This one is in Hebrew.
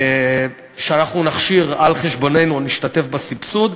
שאנחנו נכשיר על חשבוננו, או נשתתף בסבסוד.